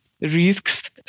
risks